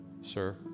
sir